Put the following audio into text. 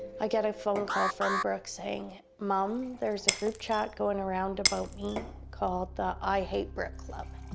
i get a phone call from brooke saying, mom, there's a group chat going around about me called the i hate brooke club.